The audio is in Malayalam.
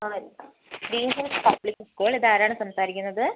ആ ഗ്രീൻ ഹിൽസ് പബ്ലിക് സ്കൂൾ ഇതാരാണ് സംസാരിക്കുന്നത്